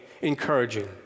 encouraging